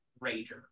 rager